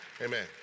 Amen